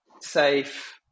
safe